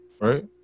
right